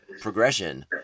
progression